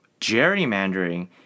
Gerrymandering